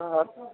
ᱦᱳᱭ